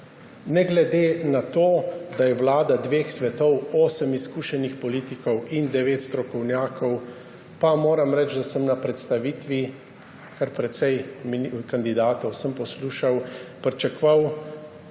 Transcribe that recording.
Ne glede na to, da je vlada dveh svetov, osmih izkušenih politikov in devetih strokovnjakov, moram reči, da sem na predstavitvi, kar precej kandidatov sem poslušal, pričakoval